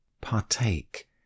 partake